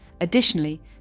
Additionally